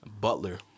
Butler